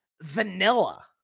vanilla